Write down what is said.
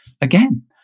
again